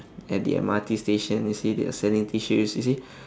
at the M_R_T station you see they are selling tissues you see